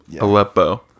Aleppo